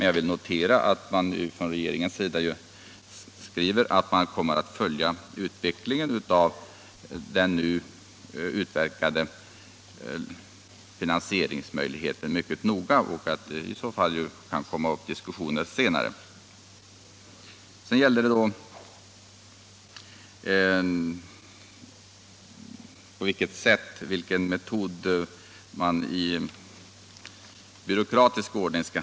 Jag vill dock notera att regeringen anför att den mycket noga kommer att följa utvecklingen av den nu utverkade finansieringsmöjligheten. Sedan gällde det enligt vilken författningsteknisk metod man skall hantera låneoch bidragsgivningen.